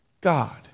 God